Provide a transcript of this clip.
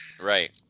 Right